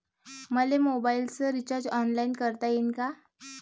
मले मोबाईलच recharge online करता येईन का?